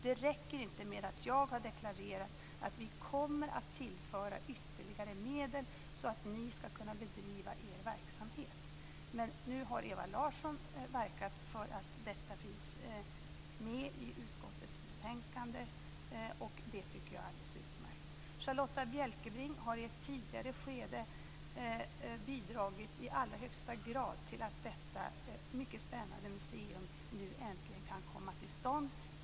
Det räcker inte med att jag har deklarerat att vi kommer att tillföra ytterligare medel så att museerna skall kunna bedriva sin verksamhet. Men nu har Ewa Larsson verkat för att detta finns med i utskottets betänkande, och det tycker jag är alldeles utmärkt. Charlotta L Bjälkebring har i ett tidigare skede bidragit i allra högsta grad till att detta mycket spännande museum nu äntligen kan komma till stånd.